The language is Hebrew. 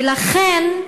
ולכן,